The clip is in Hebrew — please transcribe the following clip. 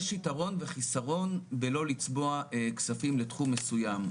יש יתרון וחסרון בלא לצבוע כספים לתחום מסוים.